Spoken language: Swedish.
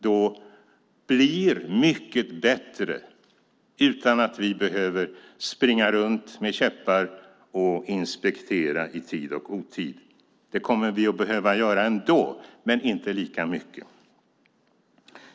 Då blir mycket bättre utan att vi behöver springa runt med käppar och inspektera i tid och otid. Det kommer vi att behöva göra ändå men inte lika mycket.